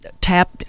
tap